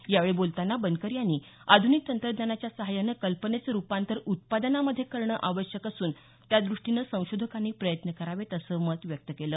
यावेळी बोलतांना बनकर यांनी आध्निक तंत्रज्ञानाच्या सहाय्यानं कल्पनेचं रुपांतर उत्पादनामध्ये करणं आवश्यक असून त्यादृष्टीनं संशोधकांनी प्रयत्न करणं आवश्यक असल्याचं मत व्यक्त केलं